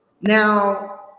Now